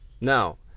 Now